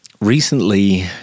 Recently